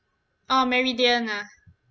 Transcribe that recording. oh meridian ah